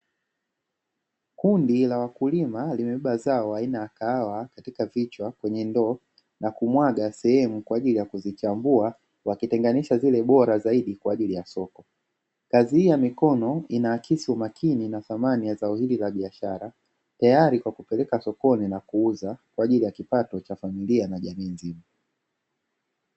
Kundi la wakulima limebeba zao aina ya kahawa katika vichwa kwenye ndoo na kumwaga sehemu kwa ajili ya kuzichambua, wakitenganisha zile bora zaidi kwa ajili ya soko. Kazi hii ya mikono inaakisi umakini na thamani ya zao hili la biashara tayari kwa kupeleka sokoni na kuuza kwa ajili ya kipato cha familia na jamii nzima.